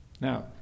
Now